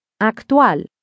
Actual